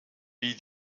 wie